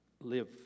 live